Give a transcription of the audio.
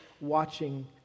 watching